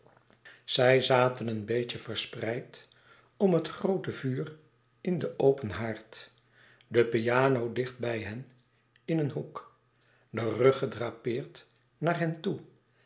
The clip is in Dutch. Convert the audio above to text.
zij zaten een beetje verspreid om het groote vuur in den open haard de piano dicht bij hen in een hoek den rug gedrapeerd naar hen toe